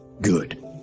Good